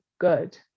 Good